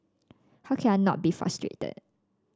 how can I not be frustrated